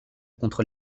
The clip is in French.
contre